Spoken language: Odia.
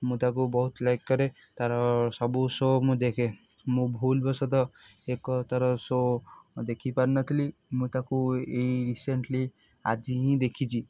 ମୁଁ ତାକୁ ବହୁତ ଲାଇକ୍ କରେ ତା'ର ସବୁ ଶୋ ମୁଁ ଦେଖେ ମୁଁ ଭୁଲ୍ ବଶତଃ ଏକ ତା'ର ଶୋ ଦେଖି ପାରିନଥିଲି ମୁଁ ତାକୁ ଏଇ ରିସେଣ୍ଟଲି ଆଜି ହିଁ ଦେଖିଛି